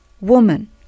woman